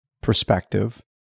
perspective